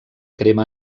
crema